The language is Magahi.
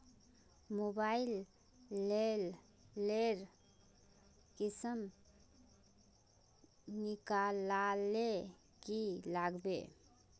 मोबाईल लेर किसम निकलाले की लागबे?